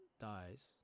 dies